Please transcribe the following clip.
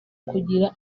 kugira